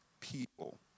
people